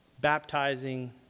baptizing